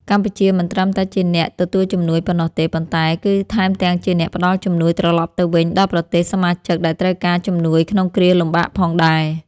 កម្ពុជាមិនត្រឹមតែជាអ្នកទទួលជំនួយប៉ុណ្ណោះទេ ប៉ុន្តែ គឺថែមទាំងជាអ្នកផ្តល់ជំនួយត្រឡប់ទៅវិញដល់ប្រទេសសមាជិកដែលត្រូវការជំនួយក្នុងគ្រាលំបាកផងដែរ។